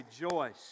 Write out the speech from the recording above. rejoice